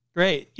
Great